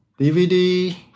DVD